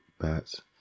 bats